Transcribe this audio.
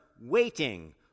waiting